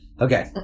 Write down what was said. Okay